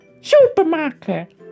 Supermarket